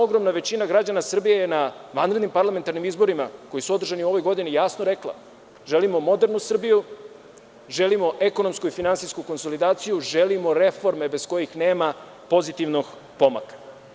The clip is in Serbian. Ogromna većina građana Srbije na vanrednim parlamentarnim izborima koji su održani u ovoj godini jasno je rekla – želimo modernu Srbiju, želimo ekonomsku i finansijsku konsolidaciju, želimo reforme bez kojih nema pozitivnog pomaka.